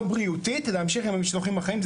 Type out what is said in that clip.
בריאותית להמשיך עם המשלוחים החיים,